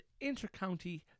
inter-county